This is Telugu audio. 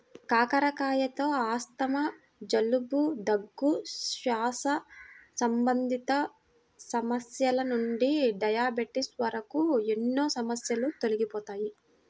కాకరకాయలతో ఆస్తమా, జలుబు, దగ్గు, శ్వాస సంబంధిత సమస్యల నుండి డయాబెటిస్ వరకు ఎన్నో సమస్యలు తొలగిపోతాయి